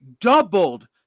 doubled